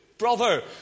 Brother